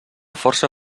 força